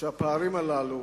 שהפערים הללו